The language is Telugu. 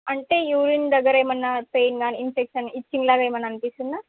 అంటే యూరిన్ దగ్గర ఏమన్నా పెయిన్ గానీ ఇన్ఫెక్షన్ ఇచ్చింగ్ లాగా ఏమన్నా అనిపిస్తుందా